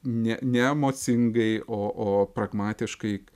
ne ne emocingai o o pragmatiškai